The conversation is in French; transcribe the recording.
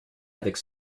avec